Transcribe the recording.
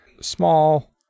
Small